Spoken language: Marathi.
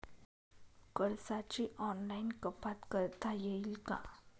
कर्जाची ऑनलाईन कपात करता येईल का?